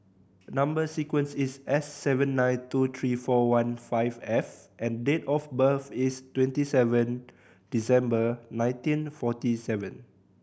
number sequence is S seven nine two three forty one five F and date of birth is twenty seven December nineteen forty seven